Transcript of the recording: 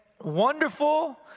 wonderful